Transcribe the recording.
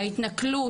ההתנכלות,